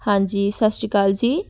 ਹਾਂਜੀ ਸਤਿ ਸ਼੍ਰੀ ਅਕਾਲ ਜੀ